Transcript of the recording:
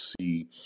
see